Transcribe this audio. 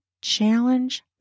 challenge